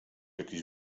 jakiś